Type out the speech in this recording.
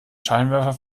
scheinwerfer